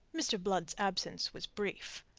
mr. blood's absence was brief.